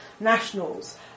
nationals